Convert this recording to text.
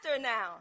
now